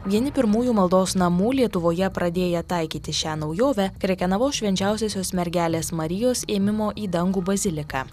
vieni pirmųjų maldos namų lietuvoje pradėję taikyti šią naujovę krekenavos švenčiausiosios mergelės marijos ėmimo į dangų baziliką